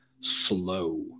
slow